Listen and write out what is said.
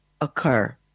occur